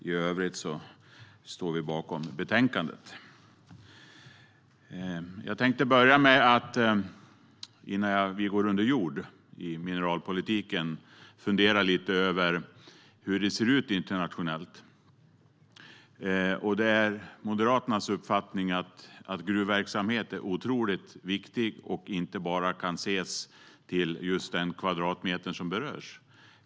I övrigt står vi bakom betänkandet. Innan vi går under jord i mineralpolitiken vill jag fundera lite över hur det ser ut internationellt. Det är Moderaternas uppfattning att gruvverksamhet är otroligt viktig och att den inte bara handlar om just de kvadratmeter som berörs.